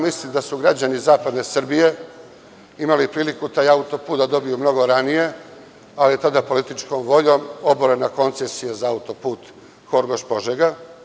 Mislim da su građani zapadne Srbije imali priliku taj autoput da dobiju mnogo ranije, ali je tada političkom voljom oborena koncesija za autoput Horgoš-Požega.